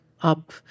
up